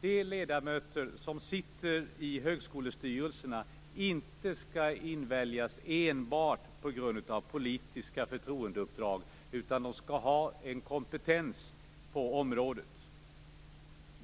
de ledamöter som sitter i högskolestyrelserna inte skall inväljas enbart på grund av politiska förtroendeuppdrag, utan de skall ha en kompetens på området.